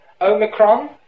Omicron